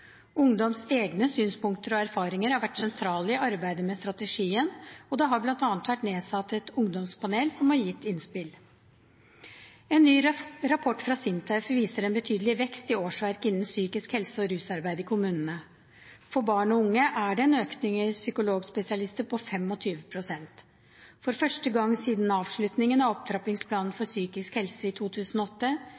Ungdoms egne synspunkter og erfaringer har vært sentrale i arbeidet med strategien, og det har bl.a. vært nedsatt et ungdomspanel som har gitt innspill. En ny rapport fra SINTEF viser en betydelig vekst i årsverk innen psykisk helse- og rusarbeid i kommunene. For barn og unge er det en økning i psykologspesialister på 25 pst. For første gang siden avslutningen av opptrappingsplanen for